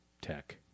tech